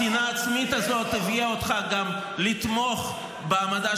--- השנאה העצמית הזאת הביאה אותך גם לתמוך בהעמדה